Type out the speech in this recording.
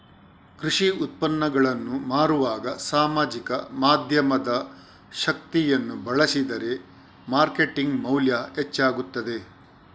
ಕೃಷಿ ಉತ್ಪನ್ನಗಳನ್ನು ಮಾರುವಾಗ ಸಾಮಾಜಿಕ ಮಾಧ್ಯಮದ ಶಕ್ತಿಯನ್ನು ಬಳಸಿದರೆ ಮಾರ್ಕೆಟಿಂಗ್ ಮೌಲ್ಯ ಹೆಚ್ಚಾಗುತ್ತದೆ